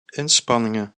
inspanningen